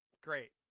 Great